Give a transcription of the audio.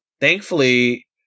Thankfully